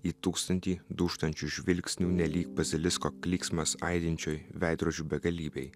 į tūkstantį dūžtančių žvilgsnių nelyg bazilisko klyksmas aidinčioj veidrodžių begalybėj